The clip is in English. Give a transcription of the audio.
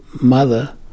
mother